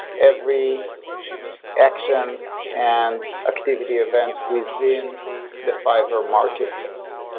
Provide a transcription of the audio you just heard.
every action and activity events within the fiverr marketplace